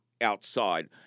outside